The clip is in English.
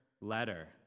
letter